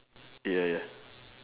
ya ya